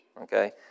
okay